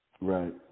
Right